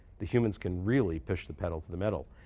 the humans can really push the pedal to the metal.